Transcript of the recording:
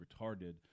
retarded